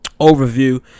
Overview